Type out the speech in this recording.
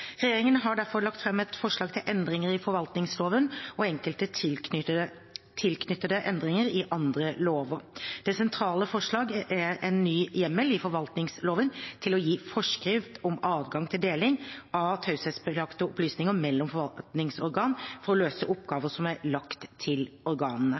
Regjeringen har derfor lagt frem forslag til endringer i forvaltningsloven og enkelte tilknyttede endringer i andre lover. Det sentrale forslaget er en ny hjemmel i forvaltningsloven til å gi forskrift om adgang til deling av taushetsbelagte opplysninger mellom forvaltningsorganer for å løse oppgaver som er lagt til organene,